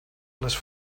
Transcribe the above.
les